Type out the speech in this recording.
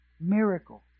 miracle